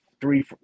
three